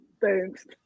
Thanks